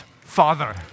Father